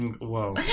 Whoa